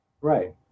Right